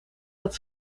dat